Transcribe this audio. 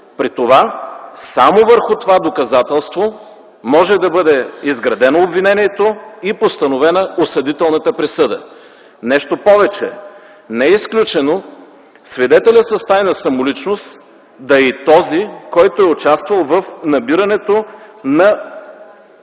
При това само върху това доказателство може да бъде изградено обвинението и постановена осъдителната присъда. Нещо повече, не е изключено свидетелят с тайна самоличност да е и този, който е участвал в набирането на